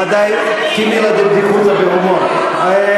ודאי, כמילתא דבדיחותא, בהומור.